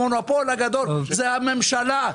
המונופול הגדול זה הממשלה.